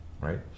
right